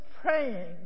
praying